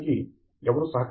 మరియు మూడవది వైఖరి